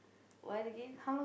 what again